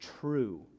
true